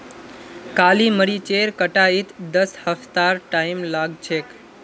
काली मरीचेर कटाईत दस हफ्तार टाइम लाग छेक